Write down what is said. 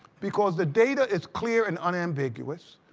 because the data is clear and unambiguous,